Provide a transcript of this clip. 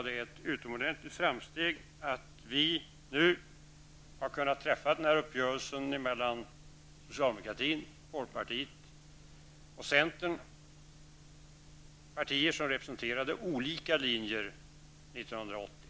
Det är ett utomordentligt framsteg att vi har kunnat träffa en uppgörelse mellan socialdemokraterna, folkpartiet och centerpartiet som representerade olika linjer 1980.